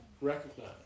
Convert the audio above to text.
recognize